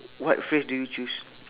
what phrase do you choose